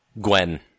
Gwen